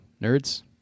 nerds